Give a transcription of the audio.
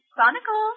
Chronicle